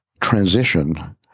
transition